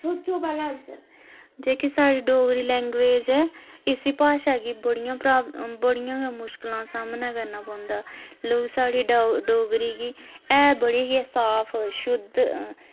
सोचो पैह्ले अस जेह्की साढ़ी डोगरी लैंग्वेज ऐ इसी भाशा गी बड़ियां प्रा बड़ियां गै मुश्कलां सामना करना पौंदा लोक साढ़ी डो डोगरी गी ऐ बड़ी गै साफ शुद्ध